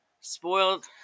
Spoiled